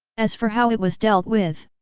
as for how it was dealt with,